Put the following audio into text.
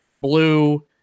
blue